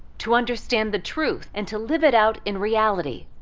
to understand the truth and to live it out in reality.